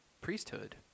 priesthood